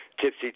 tipsy